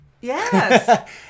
Yes